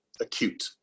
acute